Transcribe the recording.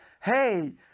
hey